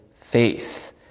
faith